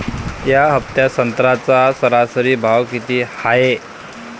या हफ्त्यात संत्र्याचा सरासरी भाव किती हाये?